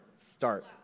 start